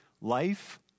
Life